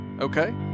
Okay